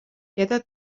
queda